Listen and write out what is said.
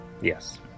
Yes